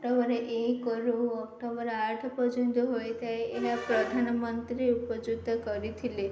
October ଏକ୍ ରୁ October ଆଠ ପର୍ଯ୍ୟନ୍ତ ହୋଇଥାଏ ଏହା ପ୍ରଧାନମନ୍ତ୍ରୀ ଉପଯୁକ୍ତ କରିଥିଲେ